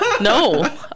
no